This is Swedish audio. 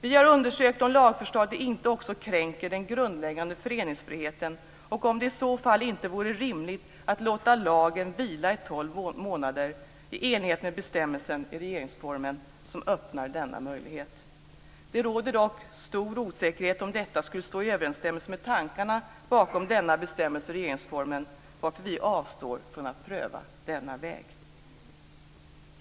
Vi har undersökt om lagförslaget inte också kränker den grundläggande föreningsfriheten och om det i så fall inte vore rimligt att låta lagen vila i tolv månader i enlighet med den bestämmelse i regeringsformen som öppnar denna möjlighet. Det råder dock stor osäkerhet om huruvida detta skulle stå i överensstämmelse med tankarna bakom denna bestämmelse i regeringsformen, varför vi avstår från att pröva denna väg.